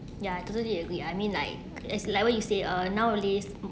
ya totally agree I mean like is like where you say uh nowadays